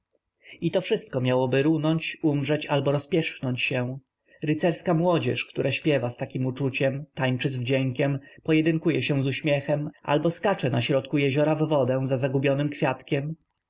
i to wszystko miałoby runąć umrzeć albo rozpierzchnąć się rycerska młodzież która śpiewa z takiem uczuciem tańczy z wdziękiem pojedynkuje się z uśmiechem albo skacze na środku jeziora w wodę za zgubionym kwiatkiem